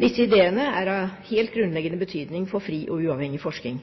Disse ideene er av helt grunnleggende betydning for en fri og uavhengig forskning.